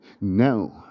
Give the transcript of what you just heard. no